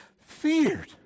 feared